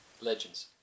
Legends